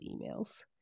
emails